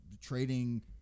trading